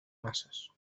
masas